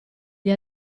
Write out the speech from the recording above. gli